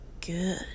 good